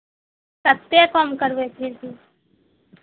कतेक कम करबै फिर भी